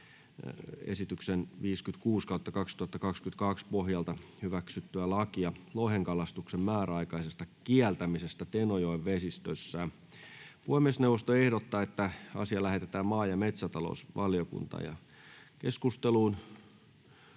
esityksen HE 56/2022 vp pohjalta hyväksyttyä lakia lohenkalastuksen määräaikaisesta kieltämisestä Tenojoen vesistössä. Puhemiesneuvosto ehdottaa, että asia lähetetään maa- ja metsätalousvaliokuntaan. Ensimmäiseen